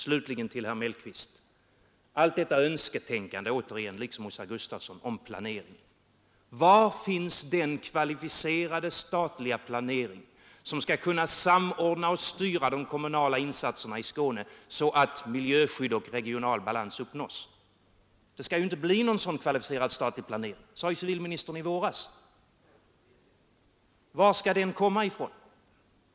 Slutligen vill jag fråga herr Mellqvist beträffande allt detta önsketänkande — liksom hos herr Gustafson i Göteborg — om planering: Var finns den kvalificerade statliga planering som skall kunna samordna och styra de kommunala insatserna i Skåne så att miljöskydd och regional balans uppnås? Det skall ju inte bli någon sådan kvalificerad statlig planering — det sade civilministern i våras. Var skall den komma ifrån?